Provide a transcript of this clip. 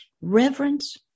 reverence